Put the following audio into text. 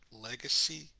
Legacy